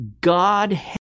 God